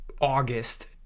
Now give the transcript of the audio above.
August